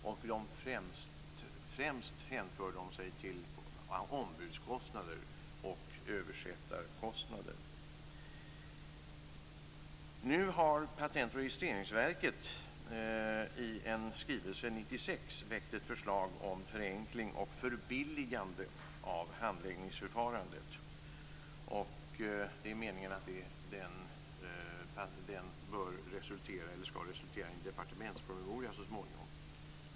De hänför sig främst till ombuds och översättningskostnader. Patent och registreringsverket väckte 1996 i en skrivelse ett förslag om förenkling och förbilligande av handläggningsförfarandet. Det är meningen att detta skall resultera i en departementspromemoria så småningom.